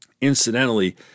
Incidentally